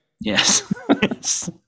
Yes